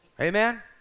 Amen